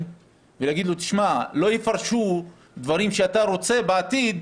ולהגיד לו: לא יפרשו דברים שאתה רוצה בעתיד